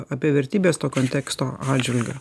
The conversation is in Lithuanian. apie vertybes to konteksto atžvilgiu